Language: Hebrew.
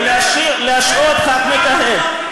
להשעות חבר כנסת מכהן.